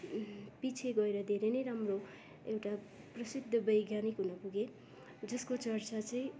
पछि गएर धेरै नै राम्रो एउटा प्रसिद्ध वैज्ञानिक हुनुपुगे जसको चर्चा चाहिँ